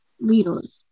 leaders